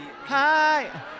hi